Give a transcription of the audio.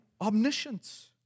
omniscience